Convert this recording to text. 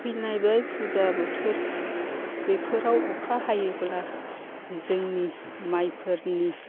फैलायबाय फुजा बोथोर बेफोराव अखा हायोब्ला जोंनि माइफोरनि